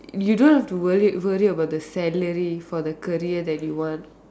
you don't have to worry worry about the salary for the career that you want